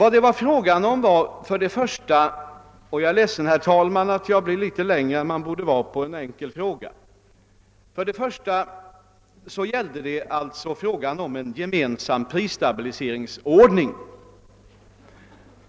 Det gällde först — och jag är, herr talman, ledsen att behöva tala lite mera ingående än man borde vid en enkel fråga — spörsmålet om en gemensam Pprisstabiliseringsordning.